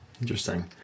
Interesting